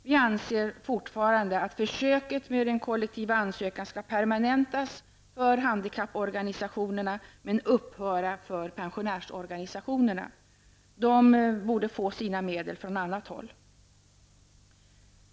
Vi anser fortfarande att försöket med kollektiv ansökan skall permanentas för handikapporganisationerna men upphöra för pensionärsorganisationerna. Dessa borde få sina medel från annat håll.